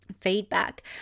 feedback